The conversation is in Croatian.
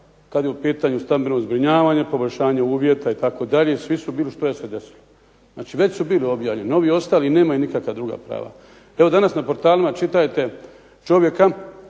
kad je u pitanju stambeno zbrinjavanje, poboljšanje uvjeta i svi su bili što je se desilo. Znači već su bili objavljeni. Ovi ostali nemaju nikakva druga prava. Evo danas na portalima čitajte čovjeka